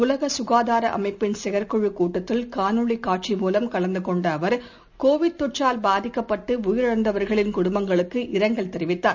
உலகசுகாதாரஅமைப்பின் செயற்குழுகூட்டத்தில் காணொளிகாட்சி மூலம் கலந்துகொண்டஅவர் கோவிட் தொற்றால் பாதிக்கப்பட்டுஉயிரிழந்தவர்களின் குடும்பங்களுக்கு இரங்கல் தெரிவித்தார்